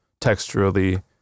texturally